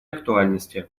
актуальности